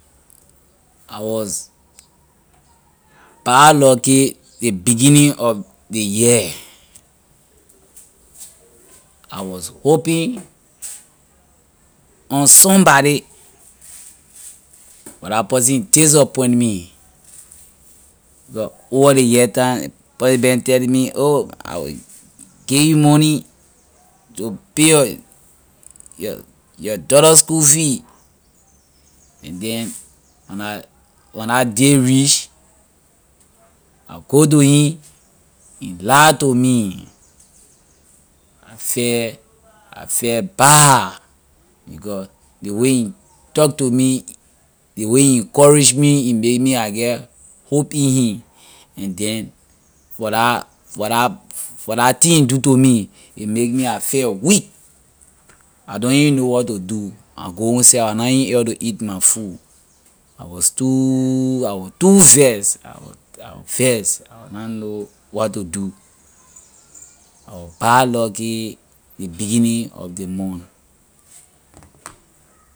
I was bad lucky ley beginning of ley year I was hoping on somebody but la person disappoint me because over ley year time person been telling me oh I will give you money to pay your your your daughter school fees and then when la when la day reach I go to him he lie to me I felt I felt bad because ley way he talk to me ley way he encourage me he make me I get hope in him and then for la for la for la thing he do to me a make me I felt weak I don’t even know what to do I go home seh I was na even able to eat my food I was too I was too vex I was I was vex I was na know what to do I was bad lucky ley beginning of the month.